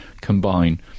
combine